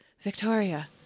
Victoria